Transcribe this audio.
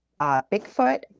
Bigfoot